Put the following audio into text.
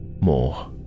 more